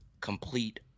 complete